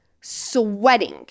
sweating